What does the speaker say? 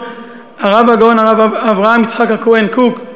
הרב הגאון הרב אברהם יצחק הכהן קוק,